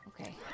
Okay